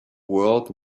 world